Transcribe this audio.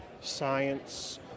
science